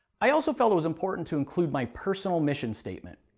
i also felt it was important to include my personal mission statement.